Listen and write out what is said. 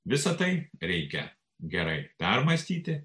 visa tai reikia gerai permąstyti